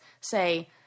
say